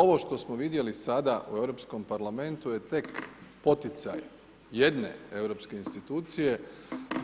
Ovo što smo vidjeli sada u Europskom parlamentu je tek poticaje jedne europske institucije